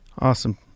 Awesome